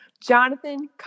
Jonathan